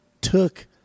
took